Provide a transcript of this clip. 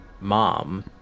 mom